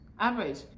average